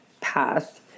path